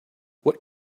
what